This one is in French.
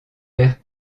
père